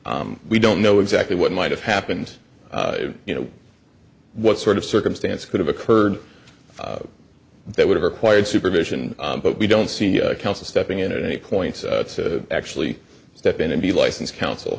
l we don't know exactly what might have happened you know what sort of circumstance could have occurred that would have required supervision but we don't see counsel stepping in and any points actually step in and be licensed counsel